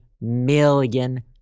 million